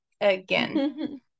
again